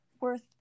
worth